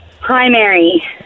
primary